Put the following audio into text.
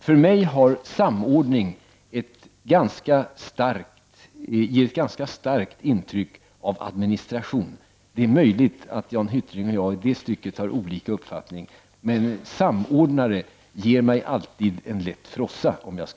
För mig ger ordet samordning ett starkt intryck av administration. Det är möjligt att Jan Hyttring och jag i det stycket har olika uppfattning. Men samordnare ger mig alltid en lätt frossa.